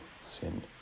sin